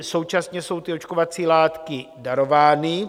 Současně jsou ty očkovací látky darovány.